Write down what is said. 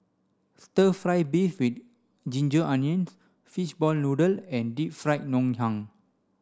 stir fry beef with ginger onions fishball noodle and Deep Fried Ngoh Hiang